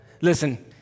Listen